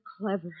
clever